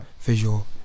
visual